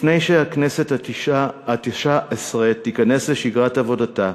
לפני שהכנסת התשע-עשרה תיכנס לשגרת עבודתה,